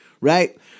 right